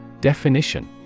Definition